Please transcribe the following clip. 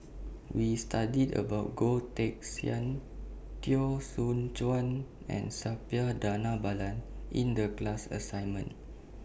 We studied about Goh Teck Sian Teo Soon Chuan and Suppiah Dhanabalan in The class assignment